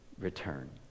return